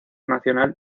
nacional